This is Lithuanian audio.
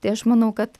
tai aš manau kad